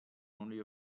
only